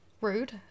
rude